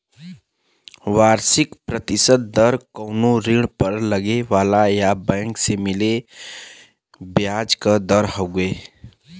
वार्षिक प्रतिशत दर कउनो ऋण पर लगे वाला या बैंक से मिले ब्याज क दर हउवे